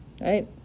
Right